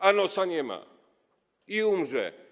a nosa nie ma, i umrze.